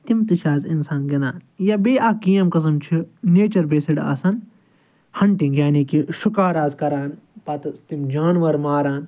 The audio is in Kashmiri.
تِم تہِ چھِ آز اِنسان گِنٛدان یا بیٚیہِ اکھ گیم قٕسٕم چھِ نیچَر بیسٕڈ آسان ہَنٹِنٛگ یعنی کہِ شکار آز کَران پَتہٕ تِم جانوَر ماران